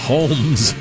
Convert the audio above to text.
Holmes